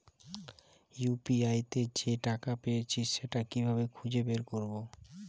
UPI তে যে টাকা পেয়েছি সেটা কিভাবে খুঁজে বের করবো?